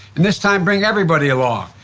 and this time bring everybody along.